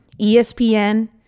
ESPN